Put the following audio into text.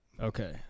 Okay